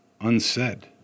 unsaid